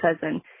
cousin